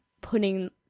putting